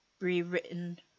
rewritten